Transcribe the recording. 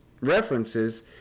references